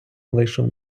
вийшов